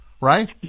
right